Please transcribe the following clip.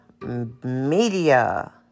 media